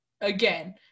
again